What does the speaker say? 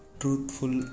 truthful